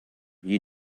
you